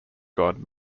god